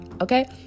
okay